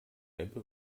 ebbe